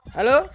Hello